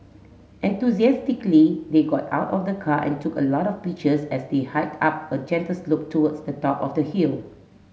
enthusiastically they got out of the car and took a lot of pictures as they hiked up a gentle slope towards the top of the hill